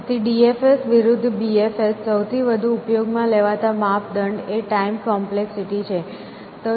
તેથી DFS વિરુદ્ધ BFS સૌથી વધુ ઉપયોગમાં લેવાતા માપદંડ એ ટાઈમ કોમ્પ્લેક્સિટી છે